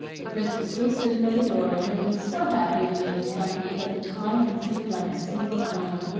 the prince was still sitting by the door and had been so happy in the maiden's company that the time had seemed like a single hour.